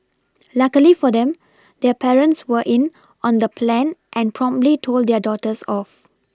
luckily for them their parents were in on the plan and promptly told their daughters off